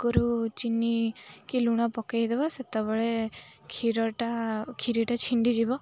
ଆଗରୁ ଚିନିକି ଲୁଣ ପକେଇଦେବା ସେତେବେଳେ କ୍ଷୀରଟା କ୍ଷୀରିଟା ଛିଣ୍ଡିଯିବ